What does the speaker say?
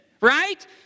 right